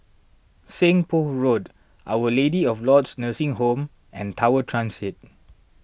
Seng Poh Road Our Lady of Lourdes Nursing Home and Tower Transit